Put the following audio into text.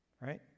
Right